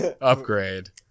upgrade